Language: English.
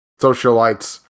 socialites